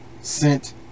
sent